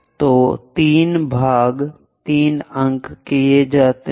तो 3 भाग 3 अंक किया जाता है